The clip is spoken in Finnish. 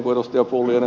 pulliainen sanoi